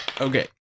Okay